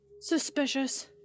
Suspicious